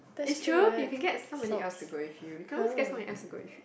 it's true you can get somebody else to go with you you can always get someone else to go with